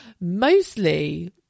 Mostly